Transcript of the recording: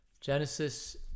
Genesis